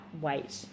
weight